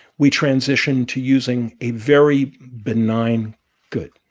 we transition to using a very benign good.